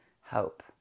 hope